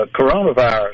coronavirus